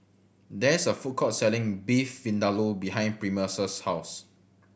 there is a food court selling Beef Vindaloo behind Primus' house